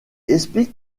explique